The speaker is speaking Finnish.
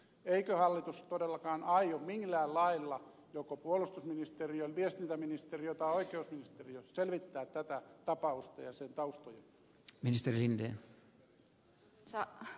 eikö hallitus todellakaan aio millään lailla joko puolustusministeriö viestintäministeriö tai oikeusministeriö selvittää tätä tapausta ja sen taustoja